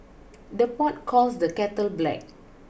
the pot calls the kettle black